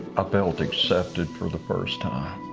ah felt accepted for the first time.